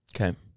Okay